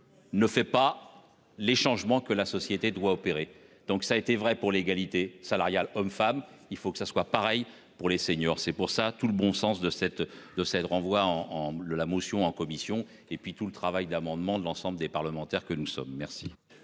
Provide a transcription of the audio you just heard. Ne fait pas les changements que la société doit opérer donc ça a été vrai pour l'égalité salariale hommes-femmes. Il faut que ça soit pareil pour les seniors. C'est pour ça tout le bon sens de cette de cette renvoie en en bleu. La motion en commission, et puis tout le travail d'amendement de l'ensemble des parlementaires que nous sommes. Merci.